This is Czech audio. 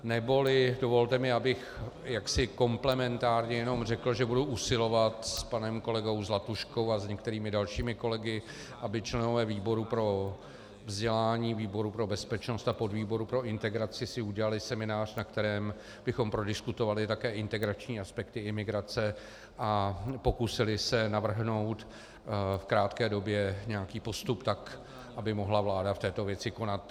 Neboli mi dovolte, abych jaksi komplementárně jenom řekl, že budu usilovat s panem kolegou Zlatuškou a s některými dalšími kolegy, aby členové výboru pro vzdělání, výboru pro bezpečnost a podvýboru pro integraci si udělali seminář, na kterém bychom prodiskutovali také integrační aspekty imigrace a pokusili se navrhnout v krátké době nějaký postup tak, aby mohla vláda v této věci konat.